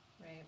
Right